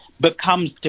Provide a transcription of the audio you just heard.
becomes